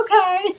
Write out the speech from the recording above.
okay